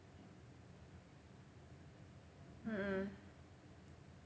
mmhmm